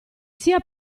sia